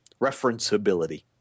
referenceability